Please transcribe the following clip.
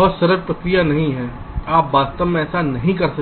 और सरल प्रक्रिया नहीं है आप वास्तव में ऐसा नहीं कर सकते